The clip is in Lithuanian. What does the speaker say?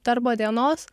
darbo dienos